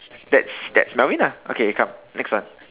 that's that's Melvin ah okay come next one